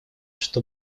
что